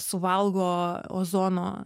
suvalgo ozono